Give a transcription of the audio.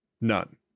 None